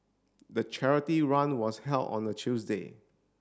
the charity run was held on a Tuesday